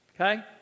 Okay